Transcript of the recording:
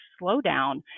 slowdown